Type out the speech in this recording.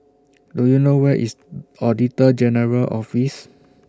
Do YOU know Where IS Auditor General's Office